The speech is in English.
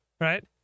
right